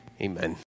Amen